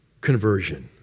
conversion